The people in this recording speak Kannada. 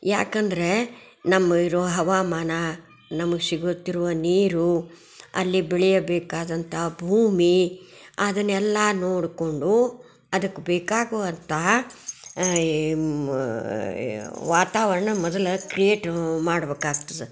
ಯಾಕಂದರೆ ನಮ್ಮ ಇರುವ ಹವಾಮಾನ ನಮಗೆ ಸಿಗುತ್ತಿರುವ ನೀರು ಅಲ್ಲಿ ಬೆಳೆಯಬೇಕಾದಂಥ ಭೂಮಿ ಅದನ್ನೆಲ್ಲ ನೋಡಿಕೊಂಡು ಅದಕ್ಕೆ ಬೇಕಾಗುವಂತಹ ವಾತಾವರಣ ಮೊದಲು ಕ್ರಿಯೇಟ್ ಮಾಡ್ಬೇಕಾಗ್ತದೆ